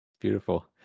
Beautiful